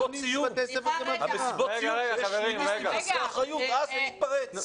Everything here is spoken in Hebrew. עשו מסיבות חסרי אחריות ואז זה התפרץ.